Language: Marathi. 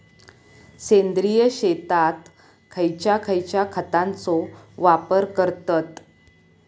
सेंद्रिय शेतात खयच्या खयच्या खतांचो वापर करतत?